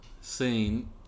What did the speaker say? seen